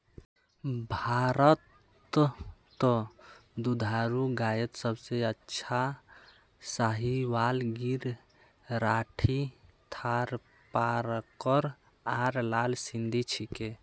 भारतत दुधारू गायत सबसे अच्छा साहीवाल गिर राठी थारपारकर आर लाल सिंधी छिके